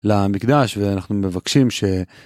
למקדש ואנחנו מבקשים ש...